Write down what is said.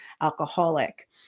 alcoholic